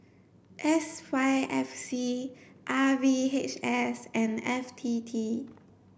S Y F C R V H S and F T T